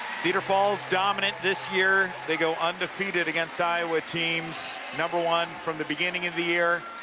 cedar falls, dominant this year they go undefeated against iowa teams number one from the beginning ofthe year,